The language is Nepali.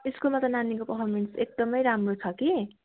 स्कुलमा त नानीको पर्फर्मेन्स एकदमै राम्रो छ कि